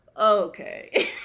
Okay